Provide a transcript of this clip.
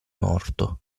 morto